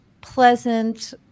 pleasant